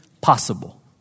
possible